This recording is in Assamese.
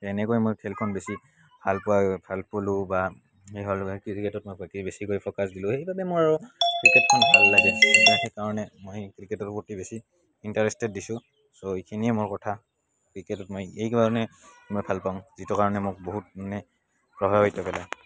তেনেকৈ মই খেলখন বেছি ভাল পালোঁ বা ক্ৰিকেটত মই বেছিকৈ ফ'কাচ দিলোঁ সেইবাবে মোৰ আৰু ক্ৰিকেট ভাল লাগে সেই কাৰণে মই ক্ৰিকেটৰ প্ৰতি বেছি ইণ্টাৰেষ্টেড দিছোঁ চ' এইখিনিয়ে মোৰ কথা ক্ৰিকেটত মই এইকাৰণে মই ভাল পাওঁ যিটো কাৰণে মোক বহুত মানে প্ৰভাৱিত পেলায়